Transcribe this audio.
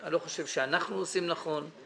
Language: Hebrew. לא רוצים שגמ"ח ייכנס לבור,